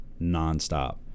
nonstop